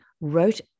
wrote